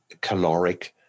caloric